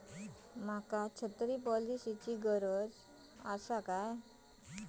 माका छत्री पॉलिसिची गरज आसा काय?